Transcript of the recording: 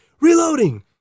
reloading